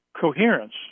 coherence